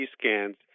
scans